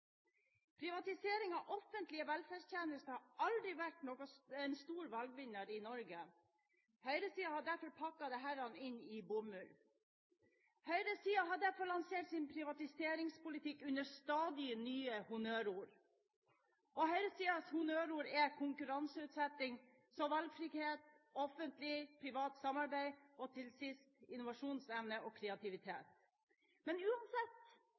Privatisering av offentlige velferdstjenester har aldri vært en stor valgvinner i Norge. Høyresiden har derfor pakket dette inn i bomull. Høyresiden har derfor lansert sin privatiseringspolitikk under stadige nye honnørord. Høyresidens honnørord er konkurranseutsetting, så valgfrihet og Offentlig Privat Samarbeid, og til sist innovasjonsevne og kreativitet. Men uansett